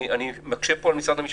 אני מקשה פה על משרד המשפטים,